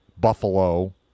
Buffalo